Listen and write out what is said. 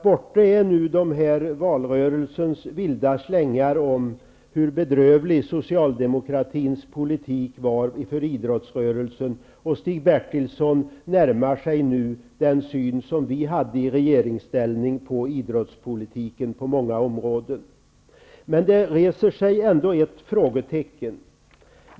Borta är nu valrörelsens vilda slängar om hur bedrövlig socialdemokratins politik var för idrottsrörelsen. Stig Bertilsson närmar sig nu den syn som vi i regeringsställning hade på många områden av idrottspolitiken. Men det finns ändå ett frågetecken.